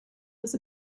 was